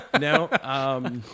no